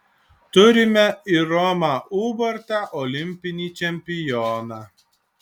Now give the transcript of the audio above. turime ir romą ubartą olimpinį čempioną